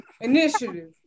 Initiative